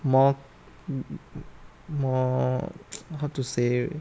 more more how to say